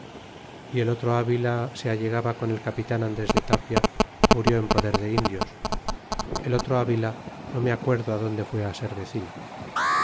e el otro avila se allegaba con el capitan andres de tapia murió en poder de indios el otro avila no me acuerdo adonde frió ser vecino